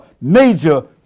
major